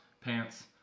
pants